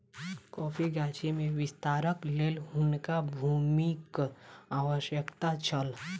कॉफ़ीक गाछी में विस्तारक लेल हुनका भूमिक आवश्यकता छल